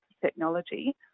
technology